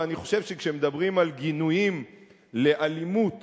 ואני חושב שכשמדברים על גינויים לאלימות